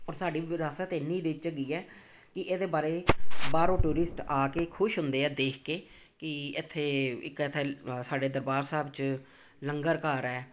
ਔਰ ਸਾਡੀ ਵਿਰਾਸਤ ਇੰਨੀ ਰਿਚ ਹੈਗੀ ਹੈ ਕਿ ਇਹਦੇ ਬਾਰੇ ਬਾਹਰੋਂ ਟੂਰਿਸਟ ਆ ਕੇ ਖੁਸ਼ ਹੁੰਦੇ ਹੈ ਦੇਖ ਕੇ ਕਿ ਇੱਥੇ ਇੱਕ ਇੱਥੇ ਸਾਡੇ ਦਰਬਾਰ ਸਾਹਿਬ 'ਚ ਲੰਗਰ ਘਰ ਹੈ